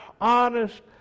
honest